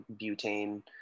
butane